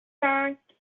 cinq